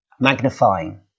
magnifying